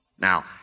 Now